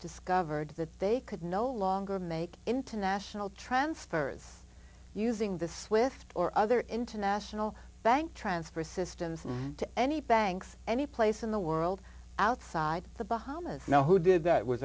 discovered that they could no longer make international transfers using this with or other international bank transfer systems to any banks anyplace in the world outside the bahamas no who did that was